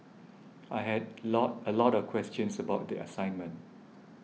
I had lot a lot of questions about the assignment